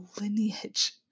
lineage